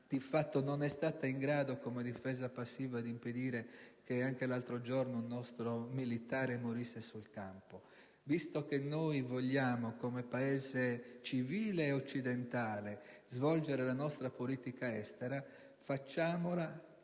di fatto non è stata in grado di impedire che anche l'altro giorno un nostro militare morisse sul campo. Visto che noi vogliamo, come Paese civile ed occidentale, svolgere la nostra politica estera, facciamola